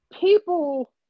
people